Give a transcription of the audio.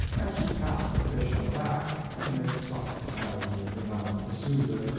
and she pats the fish on the back and makes soft sounds with her mouth to soothe it,